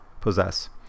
possess